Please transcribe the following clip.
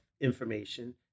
information